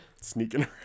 sneaking